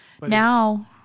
Now